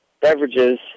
beverages